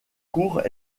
cours